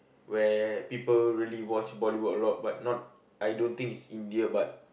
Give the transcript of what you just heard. where people really watch Bollywood a lot but not I don't think it's India but